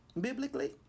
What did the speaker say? Biblically